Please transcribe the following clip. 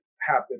happen